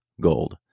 gold